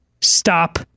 stop